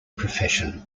profession